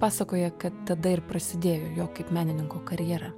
pasakoja kad tada ir prasidėjo jo kaip menininko karjera